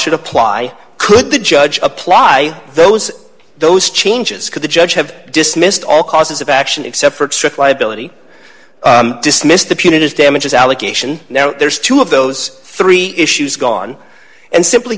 should apply could the judge apply those those changes could the judge have dismissed all causes of action except for strict liability dismissed the punitive damages allegation now there's two of those three issues gone and simply